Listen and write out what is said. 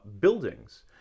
buildings